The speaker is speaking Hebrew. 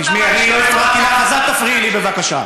תשמעי, אני לא הפרעתי לך, אז אל תפריעי לי, בבקשה.